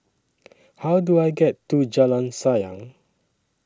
How Do I get to Jalan Sayang